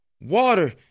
Water